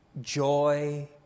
Joy